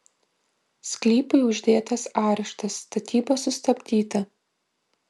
sklypui uždėtas areštas statyba sustabdyta